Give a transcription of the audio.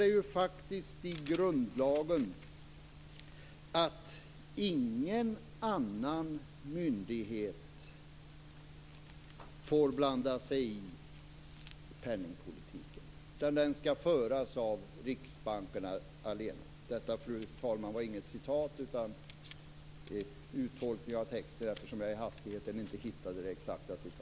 Det står faktiskt i grundlagen att ingen annan myndighet får blanda sig i penningpolitiken, utan den skall föras av riksbankerna allena. Detta, fru talman, var inget citat utan en uttolkning av texten, eftersom jag i hastigheten inte hittade det exakta citatet.